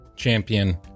champion